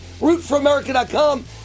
rootforamerica.com